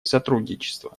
сотрудничество